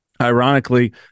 Ironically